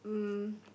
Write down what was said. um